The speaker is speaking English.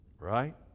Right